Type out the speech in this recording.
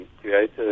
create